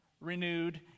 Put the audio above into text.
Renewed